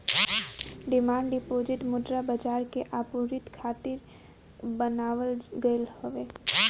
demand deposit मुद्रा बाजार के आपूर्ति खातिर बनावल गईल हवे